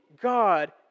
God